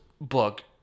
book